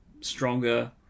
stronger